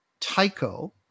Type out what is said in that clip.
Tycho